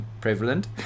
prevalent